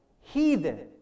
Heathen